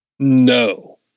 no